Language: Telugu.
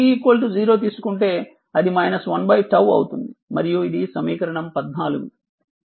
t 0 తీసుకుంటే అది 1 𝜏 అవుతుంది మరియు ఇది సమీకరణం 14